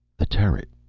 the turret.